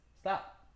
stop